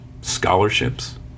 scholarships